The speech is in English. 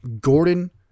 Gordon